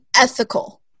ethical